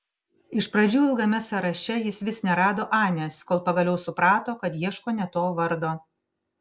iš pradžių ilgame sąraše jis vis nerado anės kol pagaliau suprato kad ieško ne to vardo